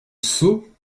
seau